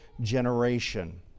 generation